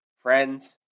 friends